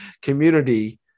community